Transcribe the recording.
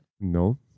No